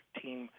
team